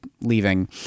leaving